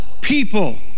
people